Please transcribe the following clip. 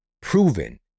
proven